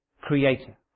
creator